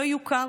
לא יוכר,